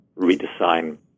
redesign